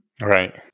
Right